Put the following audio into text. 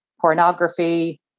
pornography